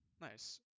nice